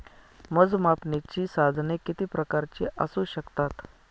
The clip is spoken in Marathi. मोजमापनाची साधने किती प्रकारची असू शकतात?